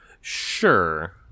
Sure